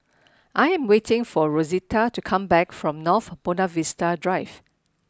I am waiting for Rosita to come back from North Buona Vista Drive